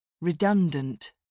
Redundant